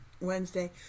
Wednesday